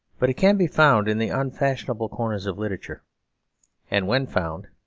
but can be found in the unfashionable corners of literature and, when found,